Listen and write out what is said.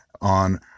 on